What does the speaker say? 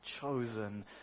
chosen